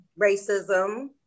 racism